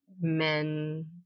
men